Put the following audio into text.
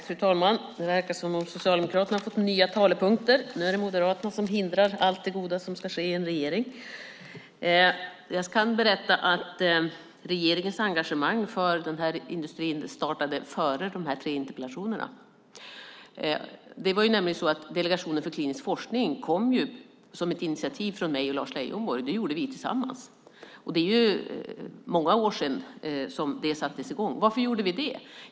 Fru talman! Det verkar som om Socialdemokraterna har fått nya talepunkter. Nu är det Moderaterna som hindrar allt det goda som ska ske i en regering. Jag kan berätta att regeringens engagemang för den här industrin startade före de här tre interpellationerna. Det var nämligen så att Delegationen för samverkan inom den kliniska forskningen kom till som ett initiativ från mig och Lars Leijonborg. Det gjorde vi tillsammans. Det är ju många år sedan som detta sattes i gång. Varför gjorde vi det?